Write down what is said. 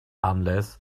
unless